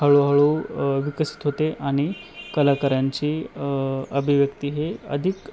हळूहळू विकसित होते आणि कलाकारांची अभिव्यक्ती हे अधिक